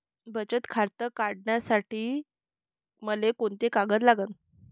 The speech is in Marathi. बचत खातं काढासाठी मले कोंते कागद लागन?